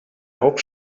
hope